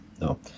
No